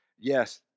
Yes